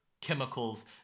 chemicals